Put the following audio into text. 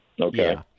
Okay